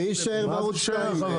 מי יישאר בערוץ 2?